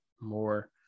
more